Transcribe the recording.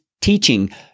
teaching